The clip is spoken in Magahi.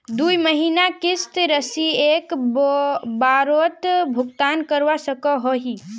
दुई महीनार किस्त राशि एक बारोत भुगतान करवा सकोहो ही?